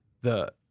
the-